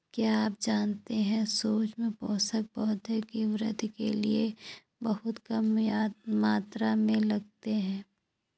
क्या आप जानते है सूक्ष्म पोषक, पौधों की वृद्धि के लिये बहुत कम मात्रा में लगते हैं?